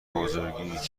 بزرگیت